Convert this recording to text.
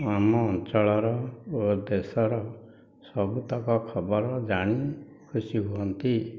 ଆମ ଅଞ୍ଚଳର ଓ ଦେଶର ସବୁତକ ଖବର ଜାଣି ଖୁସି ହୁଅନ୍ତି